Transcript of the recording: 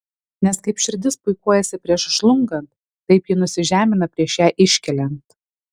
nes kaip širdis puikuojasi prieš žlungant taip ji nusižemina prieš ją iškeliant